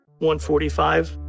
145